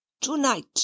to-night